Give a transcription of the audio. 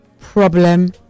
problem